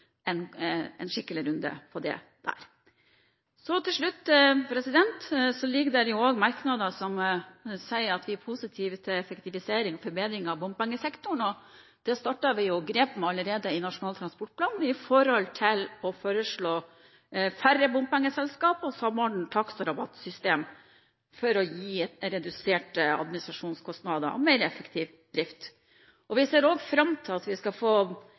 får en skikkelig runde på det da. Til slutt: Det ligger også merknader der vi sier at vi er positive til effektivisering og forbedring av bompengesektoren, og det startet vi grep for allerede i Nasjonal transportplan med hensyn til å foreslå færre bompengeselskaper og samordne takst- og rabattsystem for å gi reduserte administrasjonskostnader og mer effektiv drift. Vi ser også fram til at vi skal få